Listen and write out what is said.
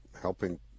helping